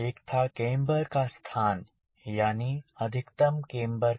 एक था केम्बर का स्थान यानी अधिकतम केम्बर का